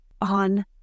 on